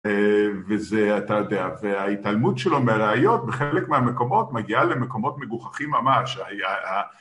וזה אתה יודע וההתעלמות שלו מראיות בחלק מהמקומות מגיעה למקומות מגוחכים ממש